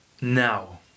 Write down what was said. Now